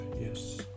yes